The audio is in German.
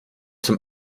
zum